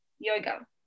yoga